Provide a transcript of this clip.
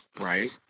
right